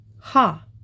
Ha